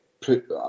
put